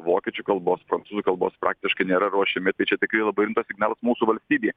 vokiečių kalbos prancūzų kalbos praktiškai nėra ruošiami tai čia tikrai labai rimtas signalas mūsų valstybei